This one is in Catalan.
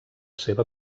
seva